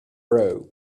robe